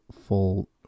full